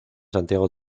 santiago